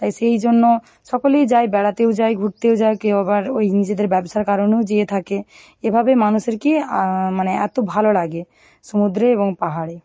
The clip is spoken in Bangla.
তাই সেই জন্য সকলেই যায় বেড়াতেও যায় ঘুরতেও যায় কেউ আবার ওই নিজেদের ব্যবসার কারণেও যেয়ে থাকে এভাবে মানুষের কী এতো ভালো লাগে সমুদ্রে এবং পাহাড়ে